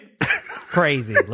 Crazy